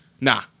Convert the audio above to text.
nah